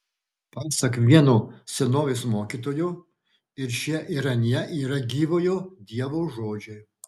pasak vieno senovės mokytojo ir šie ir anie yra gyvojo dievo žodžiai